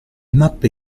mappe